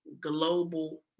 global